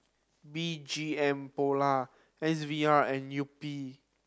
B G M Polo S V R and Yupi